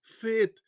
faith